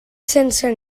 sense